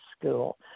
school